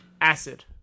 Acid